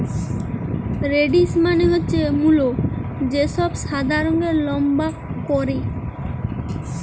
radish মানে হচ্ছে মুলো, যে সবজি সাদা রঙের লম্বা করে